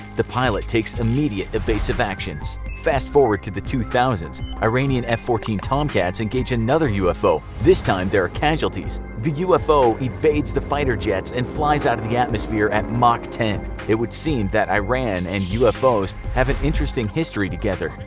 the pilot takes immediate evasive actions. fast forward to the two thousand s. iranian f fourteen tomcats engage another ufo, this time there are casualties. the ufo evades the fighter jets and flies out of the atmosphere at mach ten. it would seem that iran and ufos have an interesting history together.